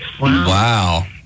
Wow